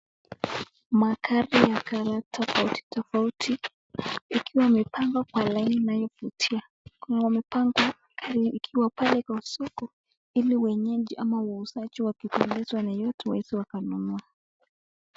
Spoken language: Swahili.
Magari ya colour tofauti tofauti ikiwa imepangwa kwa laini inayovutia. Imepangwa ikiwa pale kwa soko ili wenyeji ama wauzaji wakipendezwa na yoyote waweze wakanunua.